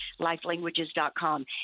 lifelanguages.com